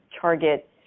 Target